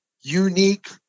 unique